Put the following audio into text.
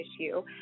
issue